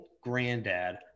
granddad